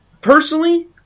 personally